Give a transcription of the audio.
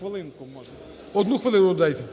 ГОЛОВУЮЧИЙ. Одну хвилину дайте.